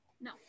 No